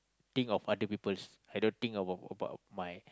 think of other peoples I don't think about about my